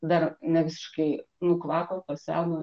dar ne visiškai nukvako paseno